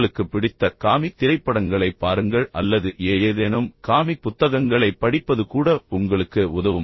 உங்களுக்கு பிடித்த காமிக் திரைப்படங்களைப் பாருங்கள் அல்லது ஏதேனும் காமிக் புத்தகங்களைப் படிப்பது கூட உங்களுக்கு உதவும்